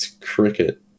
cricket